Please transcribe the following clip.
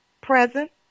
present